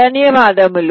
ధన్యవాదాలు